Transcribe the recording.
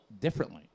differently